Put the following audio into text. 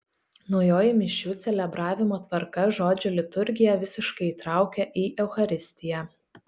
naujoji mišių celebravimo tvarka žodžio liturgiją visiškai įtraukia į eucharistiją